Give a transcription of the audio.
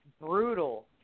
brutal